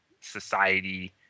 society